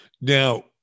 Now